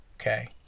okay